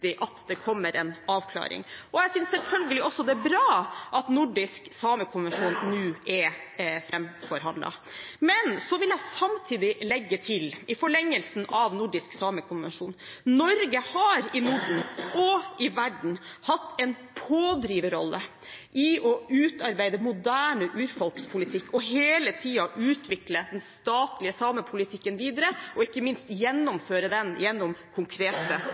at det kommer en avklaring. Jeg synes selvfølgelig også det er bra at Nordisk samekonvensjon nå er framforhandlet, men jeg vil samtidig legge til, i forlengelsen av Nordisk samekonvensjon: Norge har… og i verden hatt en pådriverrolle i å utarbeide moderne urfolkspolitikk og hele tiden utvikle den statlige samepolitikken videre og ikke minst gjennomføre den gjennom konkrete